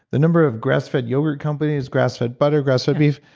the number of grass-fed yogurt companies, grassfed butter, grass-fed beef,